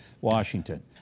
washington